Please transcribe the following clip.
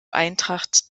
eintracht